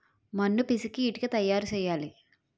మన్ను పిసికి ఇటుక తయారు చేయాలి